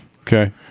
Okay